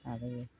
लाबोयो